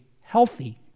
healthy